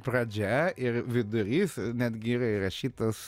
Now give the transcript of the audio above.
pradžia ir vidurys netgi yra įrašytas